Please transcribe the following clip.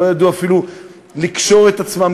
לא ידעו אפילו אם לקשור את עצמם,